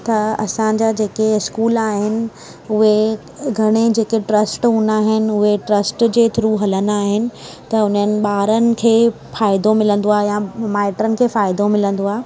त असांजा जेके स्कूल आहिनि उहे घणेई जेके ट्रस्ट हुंदा आहिनि उहे ट्रस्ट जे थ्रू हलंदा आहिनि त उन्हनि ॿारनि खे फ़ाइदो मिलंदो आहे या माइटनि खे फ़ाइदो मिलंदो आहे